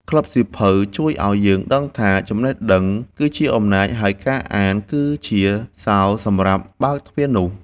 ក្លឹបសៀវភៅជួយឱ្យយើងដឹងថា ចំណេះដឹងគឺជាអំណាច ហើយការអានគឺជាសោសម្រាប់បើកទ្វារនោះ។